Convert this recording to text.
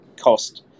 cost